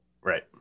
right